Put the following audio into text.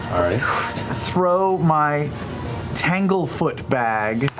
throw my tanglefoot bag